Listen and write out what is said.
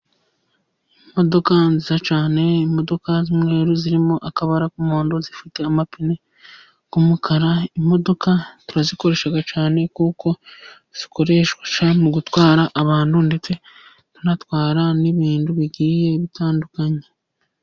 Imodoka nziza cyane imodoka z'umweru zirimo akabara k'umuhodo, zifite amapine y'umukara, imodoka turazikoresha cyane kuko zikoreshwa mu gutwara abantu ndetse tunatwara n'ibintu bigiye bitandukanye.